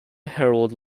herald